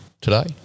today